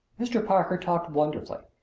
mr. parker talked wonderfully.